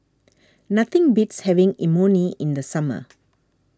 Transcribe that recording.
nothing beats having Imoni in the summer